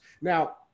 Now